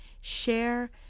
share